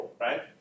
right